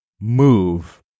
move